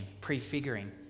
prefiguring